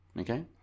okay